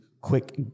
quick